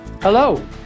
Hello